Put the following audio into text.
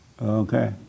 Okay